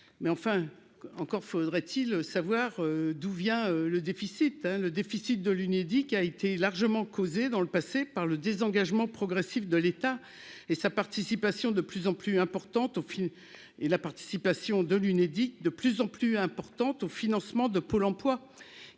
mais enfin, encore faudrait-il savoir d'où vient le déficit, le déficit de l'Unédic a été largement causée dans le passé par le désengagement progressif de l'État et sa participation de plus en plus importante au film et la